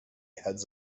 heads